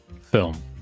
film